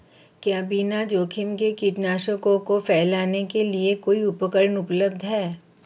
क्या बिना जोखिम के कीटनाशकों को फैलाने के लिए कोई उपकरण उपलब्ध है?